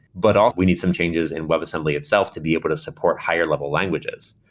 but we need some changes in web assembly itself to be able to support higher-level languages.